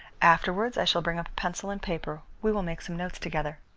afterwards i shall bring up a pencil and paper. we will make some notes together.